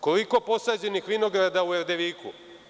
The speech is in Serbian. Koliko posađenih vinograda u Erdeviku?